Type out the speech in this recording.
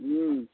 हम्म